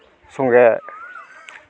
ᱥᱚᱸᱜᱮ